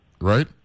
right